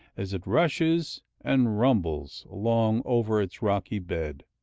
as it rushes and rumbles along over its rocky bed.